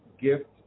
gift